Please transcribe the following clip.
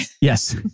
Yes